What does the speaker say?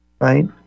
right